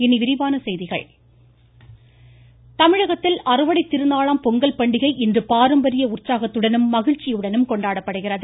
இனி விரிவான செய்திகள் பொங்கல் தமிழகத்தில் அறுவடைத் திருநாளாம் பொங்கல் பண்டிகை இன்று பாரம்பரிய உற்சாகத்துடனும் மகிழ்ச்சியுடனும் கொண்டாடப்படுகிறது